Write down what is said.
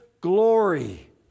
glory